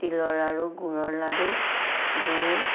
তিলৰ লাড়ু গুৰৰ লাডু গুৰ